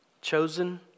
chosen